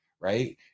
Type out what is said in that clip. right